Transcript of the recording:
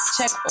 Check